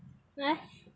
meh